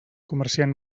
comerciant